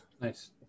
Nice